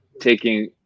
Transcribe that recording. taking